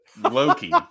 Loki